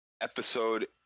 episode